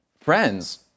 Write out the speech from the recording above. Friends